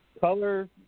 Color